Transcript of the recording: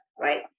right